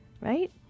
right